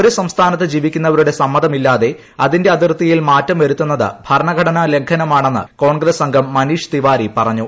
ഒരു സംസ്ഥാനത്ത് ജീവിക്കുന്നവരുടെ സമ്മതമില്ലാതെ അതിന്റെ അതിർത്തിയിൽ മാറ്റം വരുത്തുന്നത് ഭരണഘടനാ ലംഘനമാണെന്ന് കോൺഗ്രസംഗം മനീഷ് തിവാരി പറഞ്ഞു